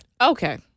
Okay